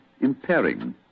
impairing